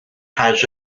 has